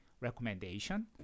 recommendation